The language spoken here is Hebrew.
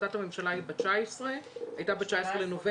החלטת הממשלה הייתה ב-19 בנובמבר,